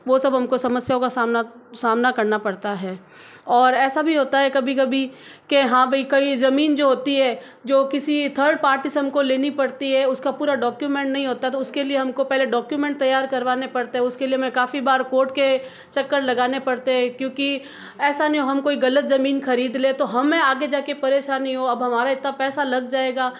वो सब हमको समस्याओं का सामना सामना करना पड़ता है और ऐसा भी होता है कभी कभी कि हाँ भई कई जमीन जो होती है जो किसी थर्ड पार्टी से हमको लेनी पड़ती है उसका पूरा डाॅक्यूमेंट नहीं होता है तो उसके लिए हमको पहले डाॅक्यूमेंट तैयार करवाने पड़ते उसके लिए मैं काफ़ी बार कोर्ट के चक्कर लगाने पड़ते हैं क्योंकि ऐसा नही हो हम कोई गलत जमीन खरीद ले तो हमे आगे जाके परेशानी हो अब हमारा इतना पैसा लग जाएगा